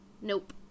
Nope